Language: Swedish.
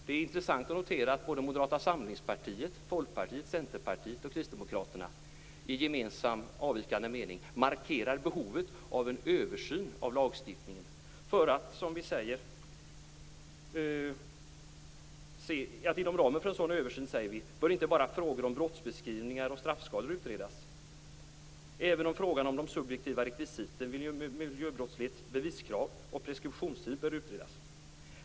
Det är intressant att notera att både Moderata samlingspartiet, Folkpartiet, Centerpartiet och Kristdemokraterna i en gemensam avvikande mening markerar behovet av en översyn av lagstiftningen. Inom ramen för en sådan översyn, säger vi, bör inte bara frågor om brottsbeskrivningar och straffskalor utredas. Även frågor om de subjektiva rekvisiten vid miljöbrottsligt beviskrav och preskriptionstid bör utredas.